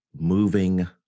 moving